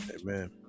Amen